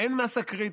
אין מאסה קריטית.